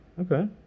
Okay